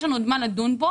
יש לנו עוד זמן לדון כאן.